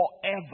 forever